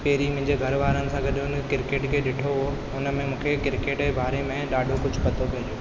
पहिरीं मुंहिंजे घरवारनि सां गॾु हुन क्रिकेट खे ॾिठो हुओ हुन में मूंखे क्रिकेट जे बारे में ॾाढो कुझु पतो पइजे